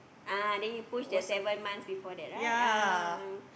ah then you push the seven months before that right ah